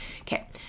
okay